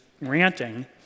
Ranting